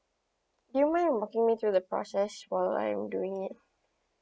do you mind walking me through the process while I am doing it